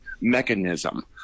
mechanism